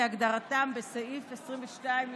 כהגדרתם בסעיף 22יב".